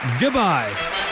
Goodbye